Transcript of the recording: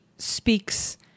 speaks